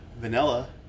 vanilla